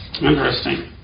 Interesting